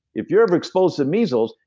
if you're ever exposed to measles,